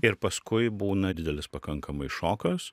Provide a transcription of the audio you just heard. ir paskui būna didelis pakankamai šokas